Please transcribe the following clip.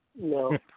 No